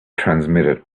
transmitted